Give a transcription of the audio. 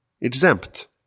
exempt